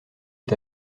est